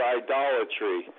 idolatry